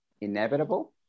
inevitable